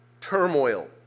turmoil